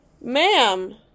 Ma'am